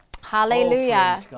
hallelujah